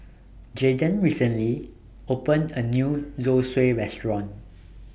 Jadon recently opened A New Zosui Restaurant